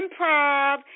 improv